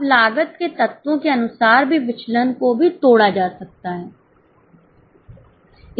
अब लागत के तत्वों के अनुसार भी विचलन को भी तोड़ा जा सकता है